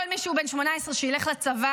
כל מי שהוא בן 18 שילך לצבא.